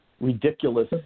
ridiculous